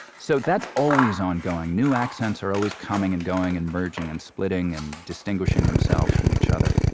so, that's always ongoing. new accents are always coming and going and merging and splitting and distinguishing themselves from each other